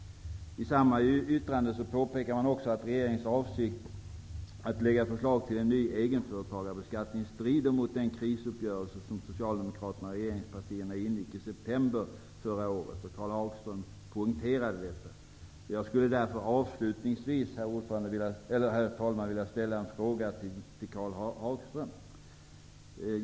I samma yttrande påpekar man också att regeringens avsikt att lägga förslag till ny egenföretagarbeskattning strider mot den krisuppgörelse som Socialdemokraterna och regeringspartierna ingick i september förra året. Karl Hagström poängterade också detta. Herr talman! Avslutningsvis skulle jag vilja ställa en fråga till Karl Hagström.